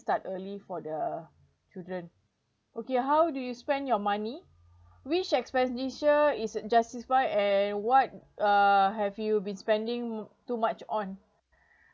start early for the children okay how do you spend your money which expenditure is justify as what uh have you been spending too much on